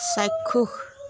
চাক্ষুষ